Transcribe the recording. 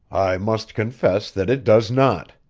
i must confess that it does not,